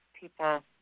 people